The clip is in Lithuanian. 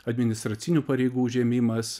administracinių pareigų užėmimas